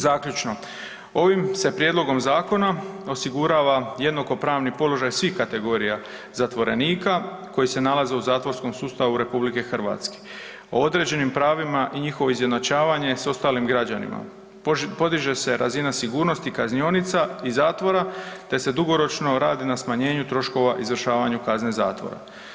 Zaključno, ovim se prijedlogom zakona osigurava jednakopravni položaj svih kategorija zatvorenika koji se nalaze u zatvorskom sustavu RH, o određenim pravima i njihovo izjednačavanje s ostalim građanima, podiže se razina sigurnosti kaznionica i zatvora, te se dugoročno radi na smanjenju troškova izvršavanju kazne zatvora.